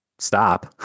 stop